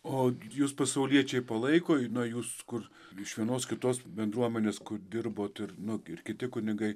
o jus pasauliečiai palaiko na jūs kur iš vienos kitos bendruomenės kur dirbot ir nu ir kiti kunigai